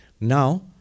Now